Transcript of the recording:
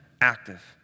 active